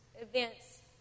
events